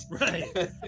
Right